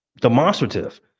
demonstrative